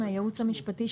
הפקחים.